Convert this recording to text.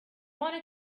wanna